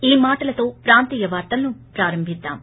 ఈ మాటలతో ప్రాంతీయ వార్తలను ప్రారంభిద్దాం